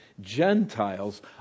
Gentiles